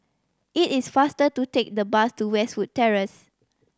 it is faster to take the bus to Westwood Terrace